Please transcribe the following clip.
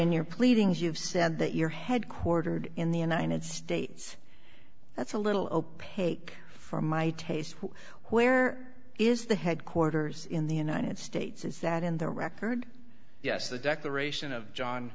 in your pleadings you've said that you're headquartered in the united states that's a little o paper for my taste where is the headquarters in the united states is that in the record yes the declaration of john